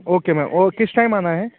okay ma'am okay किस time आना है